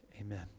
Amen